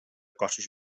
cossos